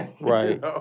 Right